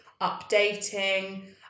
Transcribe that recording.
updating